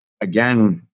again